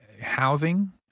housing